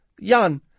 Jan